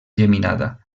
geminada